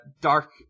dark